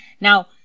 Now